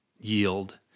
yield